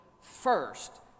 first